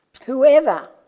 Whoever